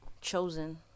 Chosen